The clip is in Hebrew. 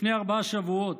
לפני ארבעה שבועות,